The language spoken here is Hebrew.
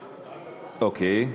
אוקיי.